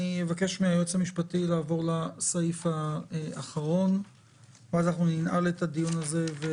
אבקש מן היועץ המשפטי לעבור לסעיף האחרון ואז ננעל את הדיון הזה.